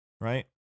Right